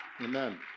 Amen